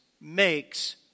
makes